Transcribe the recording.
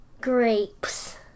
grapes